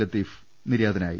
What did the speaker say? ലത്തീഫ് നിര്യാതനായി